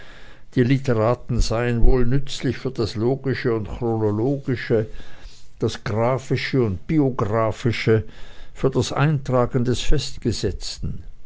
die literaten seien wohl nützlich für das logische und chronologische das graphische und biographische für das eintragen des festgesetzten